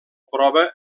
prova